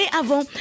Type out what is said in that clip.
avant